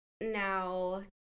now